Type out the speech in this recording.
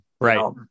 right